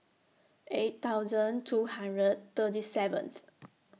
eight thousand two hundred thirty seventh